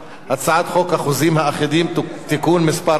הצעת חוק החוזים האחידים (תיקון מס' 4),